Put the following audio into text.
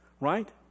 right